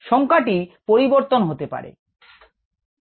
সংখ্যাটি পরিবর্তিত হতে পারে